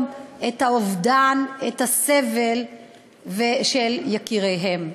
את האובדן או את הסבל של יקיריהן.